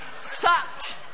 sucked